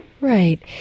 Right